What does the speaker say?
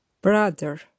Brother